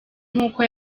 nk’uko